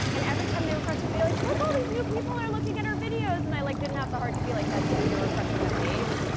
and every time they'd refresh, they'd be like look all these new people are looking at our videos! and i like didn't have the heart to be like that's you, you're refreshing the page.